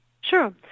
Sure